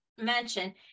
mention